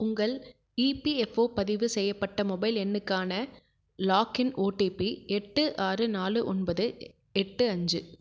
உங்கள் இபிஎஃப்ஓ பதிவு செய்யப்பட்ட மொபைல் எண்ணுக்கான லாகின் ஓடிபி எட்டு ஆறு நாலு ஒன்பது எட்டு அஞ்சு